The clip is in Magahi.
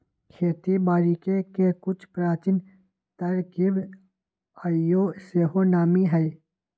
खेती बारिके के कुछ प्राचीन तरकिब आइयो सेहो नामी हइ